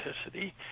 authenticity